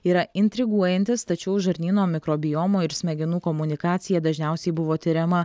yra intriguojantis tačiau žarnyno mikrobiomų ir smegenų komunikacija dažniausiai buvo tiriama